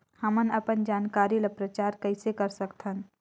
हमन अपन जानकारी ल प्रचार कइसे कर सकथन?